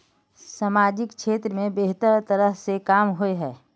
सामाजिक क्षेत्र में बेहतर तरह के काम होय है?